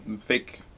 fake